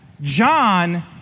John